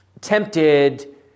tempted